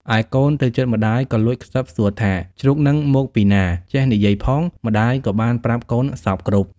ឯកូនទៅជិតម្ដាយក៏លួចខ្សឹបសួរថា ជ្រូកហ្នឹងមកពីណា ចេះនិយាយផង? ម្ដាយក៏បានប្រាប់កូនសព្វគ្រប់។